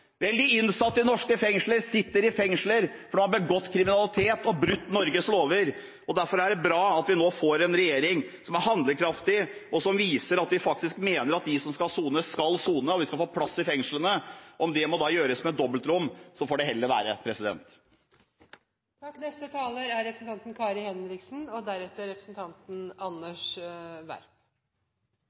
Vel, de innsatte i norske fengsler sitter i fengsel fordi de har begått kriminalitet og brutt Norges lover, og derfor er det bra at vi nå får en regjering som er handlekraftig, og som viser at de faktisk mener at de som skal sone, skal sone, og at vi skal få plass i fengslene. Om det da må gjøres med dobbeltrom, så får det heller være. Jeg må si at jeg synes representanten Leirstein er ganske søt når han står på talerstolen, og